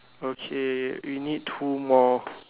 okay we need two more